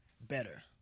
better